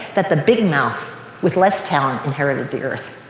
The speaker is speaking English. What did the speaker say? that the big mouth with less talent inherited the earth.